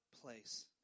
place